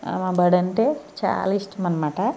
మా బడి అంటే చాలా ఇష్టం అన్నమాట